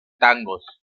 tangos